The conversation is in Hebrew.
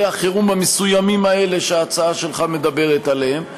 החירום המסוימים האלה שההצעה שלך מדברת עליהם,